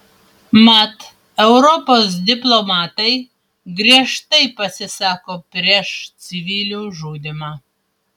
mat europos diplomatai griežtai pasisako prieš civilių žudymą